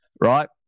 right